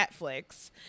Netflix